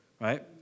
right